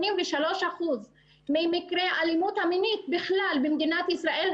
83 אחוזים ממחקרי האלימות המינית בכלל במדינת ישראל,